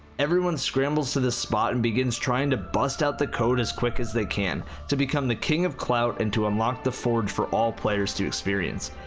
everyone scrambles to this spot and begins trying to bust out the code as quick as they can, to become the king of clout and unlock the forge for all players to experience.